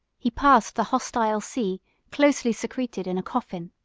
he passed the hostile sea closely secreted in a coffin.